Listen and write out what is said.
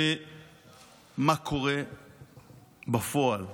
ומה קורה בפועל?